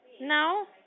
No